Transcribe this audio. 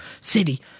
city